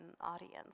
audience